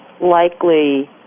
Likely